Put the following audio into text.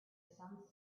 some